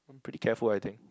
pretty careful I think